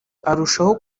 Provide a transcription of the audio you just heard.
arushaho